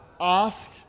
ask